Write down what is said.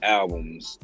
albums